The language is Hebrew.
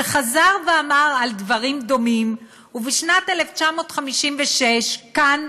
שחזר ואמר דברים דומים, ובשנת 1956 כאן,